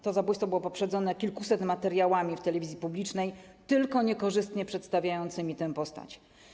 To zabójstwo było poprzedzone kilkoma setkami materiałów w telewizji publicznej tylko niekorzystnie przedstawiającymi tę postać.